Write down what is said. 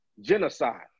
genocide